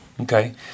Okay